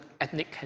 ethnic